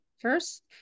first